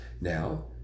Now